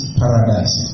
paradise